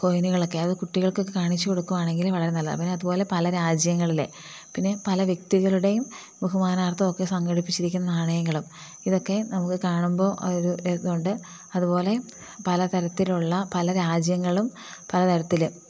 കോയിനുകളൊക്കെ അത് കുട്ടികൾകൊക്കെ കാണിച്ചു കൊടുക്കുകയാണെങ്കിൽ വളരെ നല്ലതാണ് പിന്നെ അതുപോലെ പല രാജ്യങ്ങളിലെ തന്നെ പല വ്യക്തികളുടെയും ബഹുമാനാർത്ഥം ഒക്കെ സംഘടിപ്പിച്ചിരിക്കുന്ന നാണയങ്ങളും ഇതൊക്കെ നമുക്ക് കാണുമ്പോൾ ഒരു ഇതുണ്ട് അതു പോലെയും പല തരത്തിലുള്ള പല രാജ്യങ്ങളും പല തരത്തിൽ